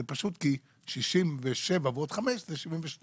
כי 67 ועוד חמש זה 72